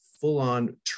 full-on